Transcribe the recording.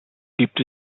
gibt